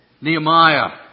Nehemiah